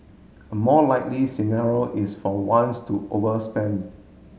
a more likely scenario is for once to overspend